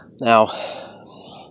Now